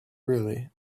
really